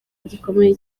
gikomeye